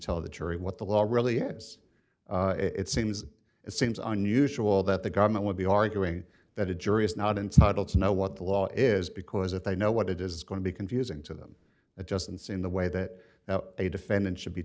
tell the jury what the law really adds it seems it seems unusual that the government would be arguing that a jury is not entitled to know what the law is because if they know what it is going to be confusing to them adjustments in the way that a defendant should be